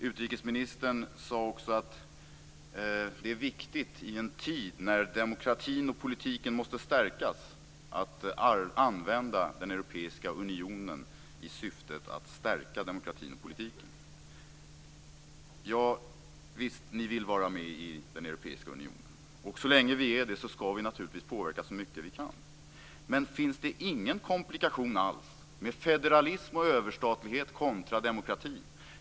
Utrikesministern sade också att i en tid när demokratin och politiken måste stärkas är det viktigt att använda den europeiska unionen i just det syftet. Visst vill ni vara med i den europeiska unionen. Så länge vi är det skall vi naturligtvis påverka så mycket vi kan, men finns det ingen komplikation alls med federalism och överstatlighet kontra demokratin?